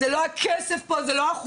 זה לא הכסף פה, זה לא האחוזים.